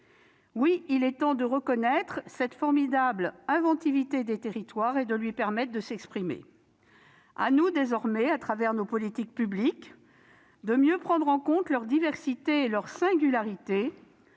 Il est temps de reconnaître la formidable inventivité des territoires et de lui permettre de s'exprimer. À nous désormais, au travers de nos politiques publiques, de mieux prendre en compte la diversité et les singularités